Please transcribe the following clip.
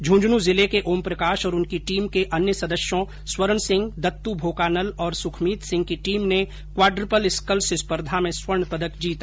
झुन्झुन् जिले के ओम प्रकाश और उनकी टीम के अन्य सदस्यों स्वर्ण सिंह दत्तू भोकानल और सुखमीत सिंह की टीम ने क्वाड्रपल स्कल्स स्पर्धा में स्वर्ण पदक जीता